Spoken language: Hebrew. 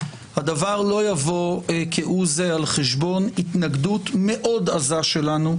הדבר לא יבוא כהוא זה על חשבון התנגדות מאוד עזה שלנו,